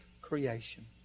creation